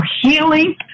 healing